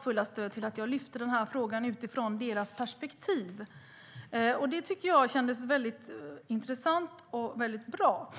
fulla stöd till att jag lyfte fram denna fråga utifrån deras perspektiv. Det kändes mycket bra.